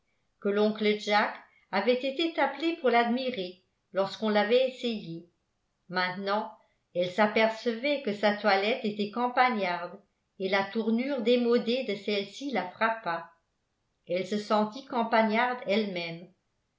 que l'oncle jack avait été appelé pour l'admirer lorsqu'on l'avait essayée maintenant elle s'apercevait que sa toilette était campagnarde et la tournure démodée de celle-ci la frappa elle se sentit campagnarde elle-même